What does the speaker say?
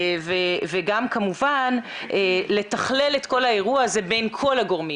וגם כמובן לתכלל את כל האירוע הזה בין כל הגורמים.